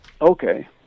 Okay